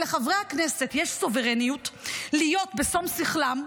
שלחברי הכנסת יש סוברניות להיות בשום שכלם,